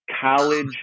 college